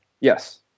Yes